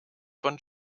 von